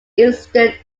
eastern